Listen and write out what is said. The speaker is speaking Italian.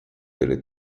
delle